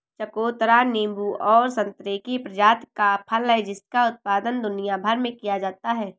चकोतरा नींबू और संतरे की प्रजाति का फल है जिसका उत्पादन दुनिया भर में किया जाता है